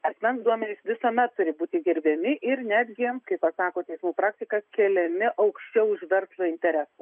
asmens duomenys visuomet turi būti gerbiami ir netgi kaip sako teismų praktika keliami aukščiau už verslo interesą